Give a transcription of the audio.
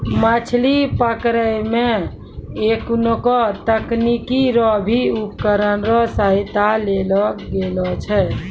मछली पकड़ै मे एखुनको तकनीकी रो भी उपकरण रो सहायता लेलो गेलो छै